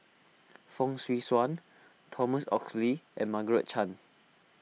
Fong Swee Suan Thomas Oxley and Margaret Chan